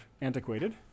antiquated